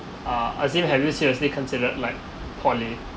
uh assumed have you seriously considered like poly